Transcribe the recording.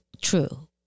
true